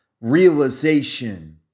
realization